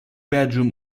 bedroom